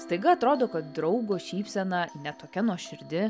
staiga atrodo kad draugo šypsena ne tokia nuoširdi